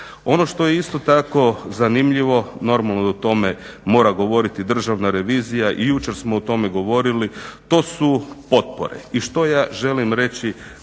Ono što je isto tako zanimljivo, normalno da o tome mora govoriti državna revizija i jučer smo o tome govorili, to su potpore. I što ja želim reći